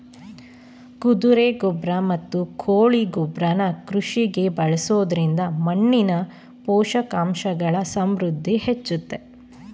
ಕುದುರೆ ಗೊಬ್ರ ಮತ್ತು ಕೋಳಿ ಗೊಬ್ರನ ಕೃಷಿಗೆ ಬಳಸೊದ್ರಿಂದ ಮಣ್ಣಿನ ಪೋಷಕಾಂಶಗಳ ಸಮೃದ್ಧಿ ಹೆಚ್ಚುತ್ತೆ